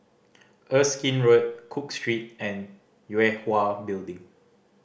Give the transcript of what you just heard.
Erskine Road Cook Street and Yue Hwa Building